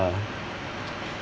uh